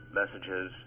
messages